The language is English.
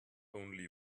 only